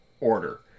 order